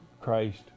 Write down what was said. Christ